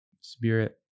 Spirit